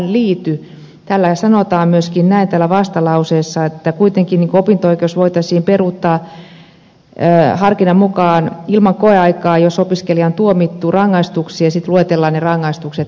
täällä vastalauseessa sanotaan myöskin että kuitenkin opinto oikeus voitaisiin peruuttaa harkinnan mukaan ilman koeaikaa jos opiskelija on tuomittu rangaistuksiin ja sitten luetellaan ne rangaistukset